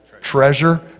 Treasure